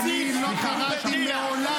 ככה אתה נראה.